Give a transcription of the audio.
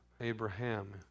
Abraham